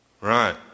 Right